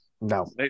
No